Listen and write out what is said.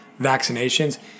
vaccinations